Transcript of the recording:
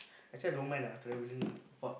actually I don't mind ah traveling far